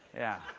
yeah.